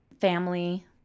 family